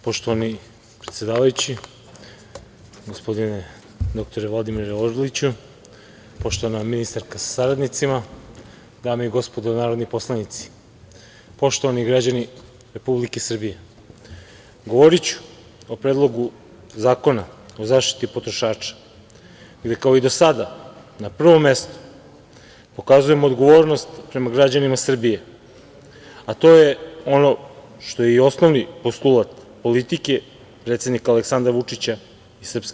Poštovani predsedavajući, gospodine dr Vladimire Orliću, poštovana ministarka sa saradnicima, dame i gospodo narodni poslanici, poštovani građani Republike Srbije govoriću o Predlogu zakona o zaštiti potrošača, jer kao i do sada na prvom mestu pokazujemo odgovornost prema građanima Srbije, a to je ono što je i osnovni postulat politike, predsednika Aleksandra Vučića i SNS.